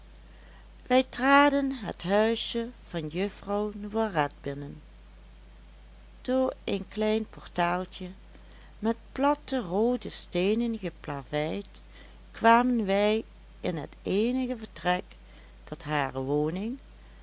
wij traden het huisje van juffrouw noiret binnen door een klein portaaltje met platte roode steenen geplaveid kwamen wij in het eenige vertrek dat hare woning